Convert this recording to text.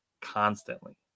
constantly